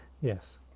Yes